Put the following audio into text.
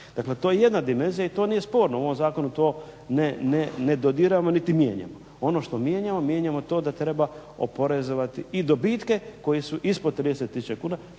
Dakle to je jedna dimenzija i to nije sporno, u ovom zakonu to ne dodiramo niti mijenjamo. Ono što mijenjamo, mijenjamo to da treba oporezovati i dobitke koji su ispod 30 000 kuna